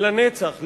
לנצח,